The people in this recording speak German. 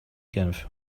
genf